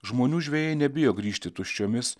žmonių žvejai nebijo grįžti tuščiomis